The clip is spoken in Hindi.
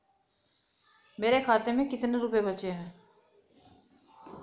मेरे खाते में कितने रुपये बचे हैं?